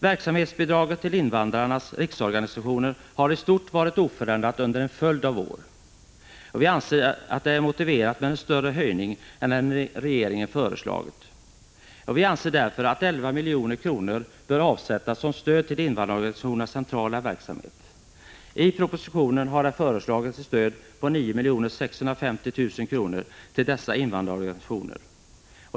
Verksamhetsbidragen till invandrarnas riksorganisationer har i stort varit oförändrade under en följd av år. Vi anser att det är motiverat med en större höjning än den regeringen föreslagit. Vi anser därför att 11 milj.kr. bör avsättas som stöd till invandrarorganisationernas centrala verksamhet. I propositionen har det föreslagits ett stöd på 9 650 000 kr. till dessa invandrarorganisationer.